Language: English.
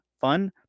fun